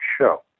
show